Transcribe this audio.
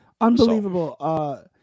unbelievable